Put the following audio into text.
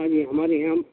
ہاں جی ہمارے یہاں